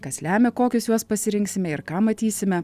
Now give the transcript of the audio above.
kas lemia kokius juos pasirinksime ir ką matysime